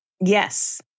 Yes